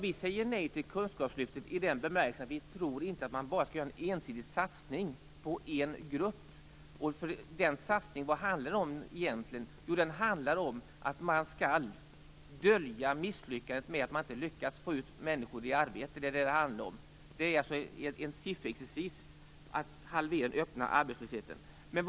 Vi säger nej till detta i den bemärkelsen att vi inte tror att man bara skall göra en ensidig satsning på en grupp. Satsningen handlar egentligen om att dölja misslyckandet när det gäller att få ut människor i arbete. Det är en sifferexercis för att försöka halvera den öppna arbetslösheten.